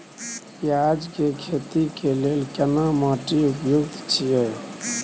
पियाज के खेती के लेल केना माटी उपयुक्त छियै?